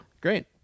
great